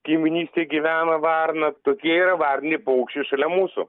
kaiminystėj gyvena varna tokie yra varniniai paukščiai šalia mūsų